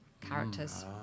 characters